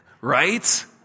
Right